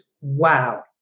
wow